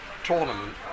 Tournament